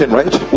right